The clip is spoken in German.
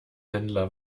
händler